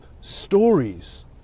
stories